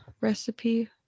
recipe